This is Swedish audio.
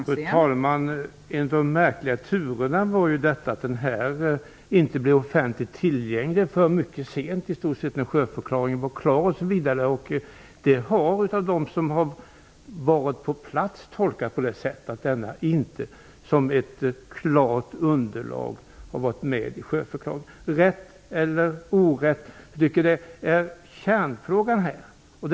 Fru talman! En av de märkliga turerna var ju att den här rapporten inte blev offentligt tillgänglig förrän mycket sent, när sjöförklaringen i stort sett var klar. Man har kunnat tolka dem som varit på plats så att den inte var med i sjöförklaringen som ett underlag. Rätt eller orätt -- kärnfrågan är om detta är ett svenskt intresse.